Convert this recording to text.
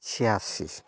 ᱪᱷᱤᱭᱟᱥᱤ